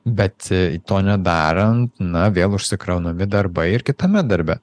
bet to nedarant na vėl užsikraunami darbai ir kitame darbe